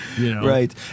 Right